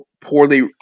poorly